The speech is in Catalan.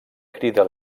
crida